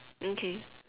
okay